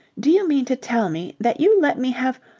do you mean to tell me that you let me have.